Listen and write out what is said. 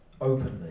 openly